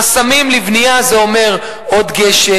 חסמים לבנייה זה אומר עוד גשר,